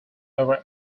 over